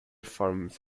forms